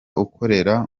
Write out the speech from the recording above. ukorera